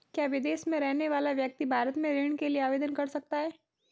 क्या विदेश में रहने वाला व्यक्ति भारत में ऋण के लिए आवेदन कर सकता है?